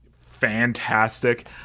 fantastic